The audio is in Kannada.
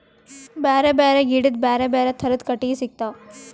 ಬ್ಯಾರೆ ಬ್ಯಾರೆ ಗಿಡದ್ ಬ್ಯಾರೆ ಬ್ಯಾರೆ ಥರದ್ ಕಟ್ಟಗಿ ಸಿಗ್ತವ್